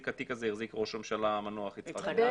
את התיק הזה ראש הממשלה המנוח יצחק רבין.